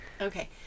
okay